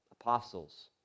apostles